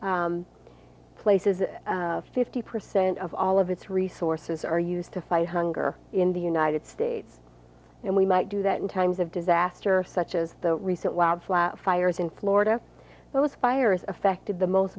places fifty percent of all of its resources are used to fight hunger in the united states and we might do that in times of disaster such as the recent wild flag fires in florida but was fires affected the most